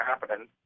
happening